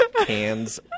hands